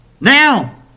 now